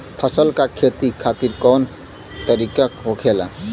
फसल का खेती खातिर कवन तरीका होखेला?